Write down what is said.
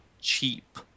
cheap